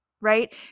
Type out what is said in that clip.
right